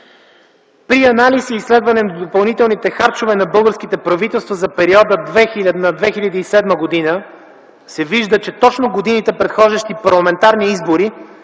При анализ и изследване на допълнителните харчове на българските правителства за периода 2000 - 2007 г. се вижда, че точно годините, предхождащи парламентарни избори,